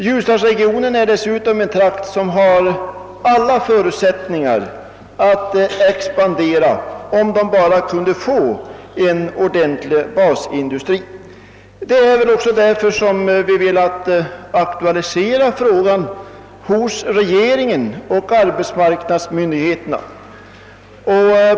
Ljusdalsregionen är dessutom en trakt som har alla förutsättningar att expandera, om den bara kan få en or .dentlig basindustri. Det är också där för vi har velat aktualisera frågan hos regeringen och arbetsmarknadsmyndigheterna.